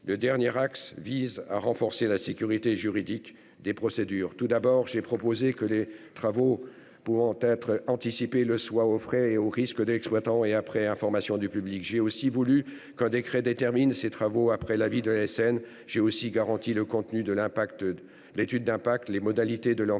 et dernier axe vise à renforcer la sécurité juridique des procédures. Tout d'abord, j'ai proposé que les travaux pouvant être anticipés le soient, aux frais et aux risques de l'exploitant et après information du public. J'ai également voulu qu'un décret détermine ces travaux après avis de l'Autorité de sûreté nucléaire (ASN). J'ai aussi garanti le contenu de l'étude d'impact, les modalités de l'enquête